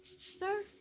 sir